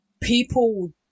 people